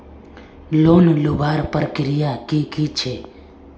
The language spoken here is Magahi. लोन लुबार प्रक्रिया की की छे?